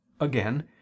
Again